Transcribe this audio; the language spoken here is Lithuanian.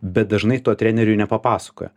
bet dažnai to treneriui nepapasakoja